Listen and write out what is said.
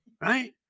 right